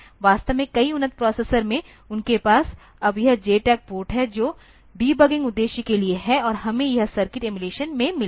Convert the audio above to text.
वास्तव में कई उन्नत प्रोसेसर में उनके पास अब यह JTAG पोर्ट है जो डीबगिंग उद्देश्य के लिए है और हमें यह सर्किट एमुलेटर में मिला है